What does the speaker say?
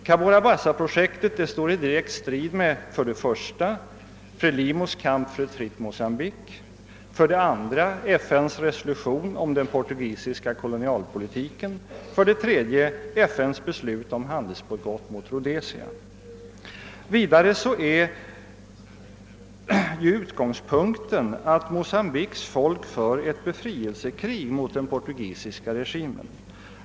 Cabora Bassa-projektet står i direkt strid med för det första Frelimos kamp för ett fritt Mocambique, för det andra FN:s resolution om den portugisiska kolonialpolitiken och för det tredje FN:s beslut om handelsbojkott mot Rhodesia. Vidare är utgångspunkten att Mocambiques folk för ett befrielsekrig mot den portugisiska regimen.